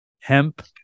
hemp